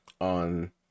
on